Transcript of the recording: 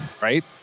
Right